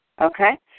Okay